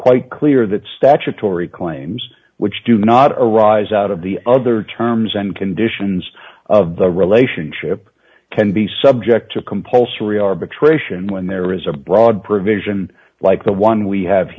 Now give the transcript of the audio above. quite clear that statutory claims which do not arise out of the other terms and conditions of the relationship can be subject to compulsory arbitration when there is a broad provision like the one we have